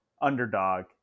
underdog